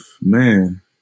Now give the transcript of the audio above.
man